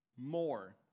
more